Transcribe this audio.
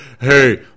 Hey